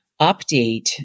update